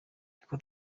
niko